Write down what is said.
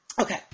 Okay